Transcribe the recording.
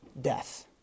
death